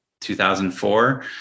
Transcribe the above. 2004